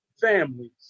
families